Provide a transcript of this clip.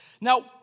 Now